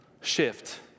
shift